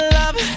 love